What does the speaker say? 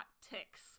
ticks